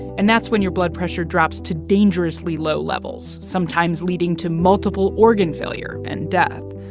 and that's when your blood pressure drops to dangerously low levels, sometimes leading to multiple organ failure and death.